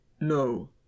No